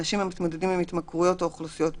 אנשים המתמודדים עם התמכרויות או אוכלוסיות בזנות,